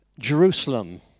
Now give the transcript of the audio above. Jerusalem